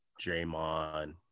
Draymond